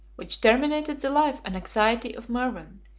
which terminated the life and anxiety of mervan,